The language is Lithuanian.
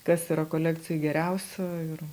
kas yra kolekcijoj geriausio ir